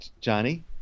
Johnny